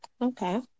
Okay